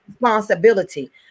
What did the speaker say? responsibility